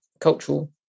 cultural